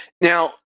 Now